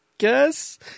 guess